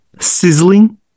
Sizzling